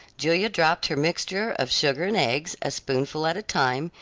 julia dropped her mixture of sugar and eggs, a spoonful at a time,